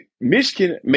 Michigan